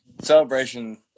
celebration